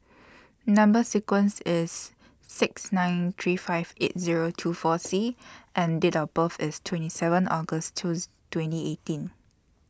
Number sequence IS six nine three five eight Zero two four C and Date of birth IS twenty seven August twos twenty eighteen